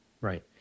Right